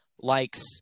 likes